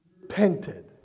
Repented